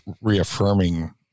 reaffirming